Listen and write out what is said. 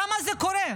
למה זה קורה?